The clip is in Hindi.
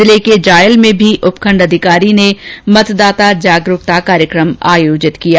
जिले के जायल में भी उपखंड अधिकारी ने मतदाता जागरूकता कार्यक्रम हुआ